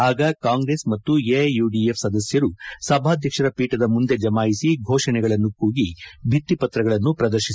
ಆಗ ಕಾಂಗ್ರೆಸ್ ಮತ್ತು ಎಐಯುಡಿಎಫ್ ಸದಸ್ಯರು ಸಭಾಧ್ಯಕ್ಷರ ಪೀಠದ ಮುಂದೆ ಜಮಾಯಿಸಿ ಫೋಷಣೆಗಳನ್ನು ಕೂಗಿ ಭಿತ್ತಿ ಪತ್ರಗಳನ್ನು ಪ್ರದರ್ಶಿಸಿದರು